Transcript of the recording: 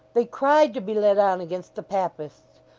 they cried to be led on against the papists,